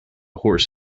horse